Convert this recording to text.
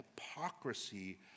hypocrisy